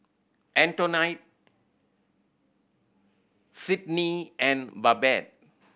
Antonette Sydnie and Babette